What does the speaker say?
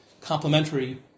complementary